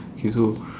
K so